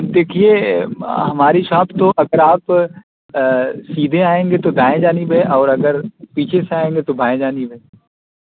دیکھیے ہماری شاپ تو اگر آپ سیدھے آئیں گے تو دائیں جانب بے اور اگر پیچھے سے آئیں گے تو بائیں جانب ہے